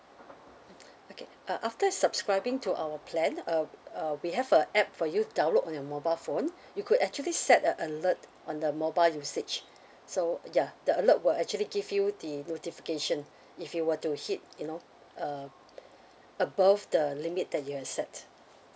okay uh after subscribing to our plan uh uh we have a app for you to download on your mobile phone you could actually set a alert on the mobile usage so ya the alert will actually give you the notification if you were to hit you know uh above the limit that you've set